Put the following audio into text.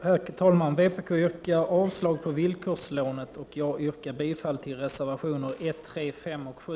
Herr talman! Vpk yrkar avslag på villkorslånet. Jag yrkar bifall till reservationerna 1, 3, 5 och 7.